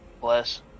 Bless